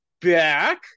back